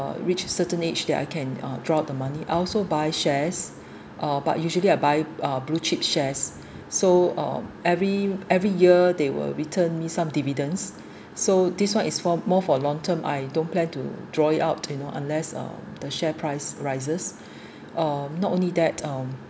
uh reach certain age that I can uh draw out the money I also buy shares uh but usually I buy uh blue chip shares so um every every year they will return me some dividends so this one is for more for long term I don't plan to draw it out you know unless the share price rises uh not only that uh